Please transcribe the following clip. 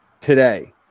today